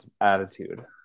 attitude